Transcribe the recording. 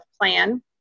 plan